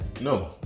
No